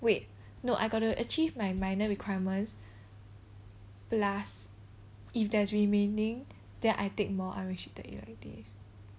wait no I got to achieve my minor requirements plus if there's remaining then I take more unrestricted elective